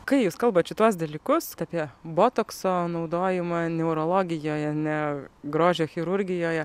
kai jūs kalbat šituos dalykus apie botokso naudojimą neurologijoje ne grožio chirurgijoje